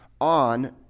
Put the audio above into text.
on